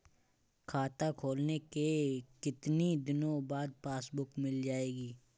खाता खोलने के कितनी दिनो बाद पासबुक मिल जाएगी?